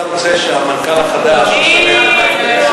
אתה רוצה שהמנכ"ל החדש, בדיוק.